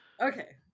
Okay